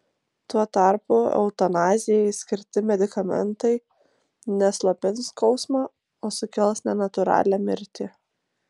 tuo tarpu eutanazijai skirti medikamentai ne slopins skausmą o sukels nenatūralią mirtį